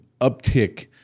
uptick